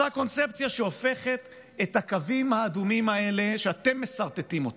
אותה קונספציה שהופכת את הקווים האדומים האלה שאתם מסרטטים,